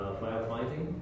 firefighting